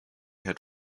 had